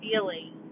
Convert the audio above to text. feeling